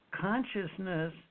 Consciousness